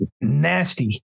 Nasty